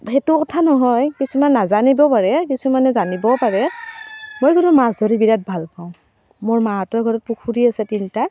সেইটো কথা নহয় কিছুমান নাজানিবও পাৰে কিছুমানে জানিবও পাৰে মই কিন্তু মাছ ধৰি বিৰাট ভাল পাওঁ মোৰ মাহঁতৰ ঘৰত পুখুৰী আছে তিনিটা